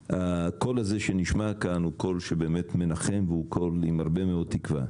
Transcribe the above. הקול הזה שנשמע כאן הוא קול שבאמת מנחם והוא קול עם הרבה מאוד תקווה.